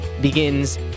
begins